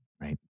right